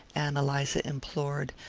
ann eliza implored,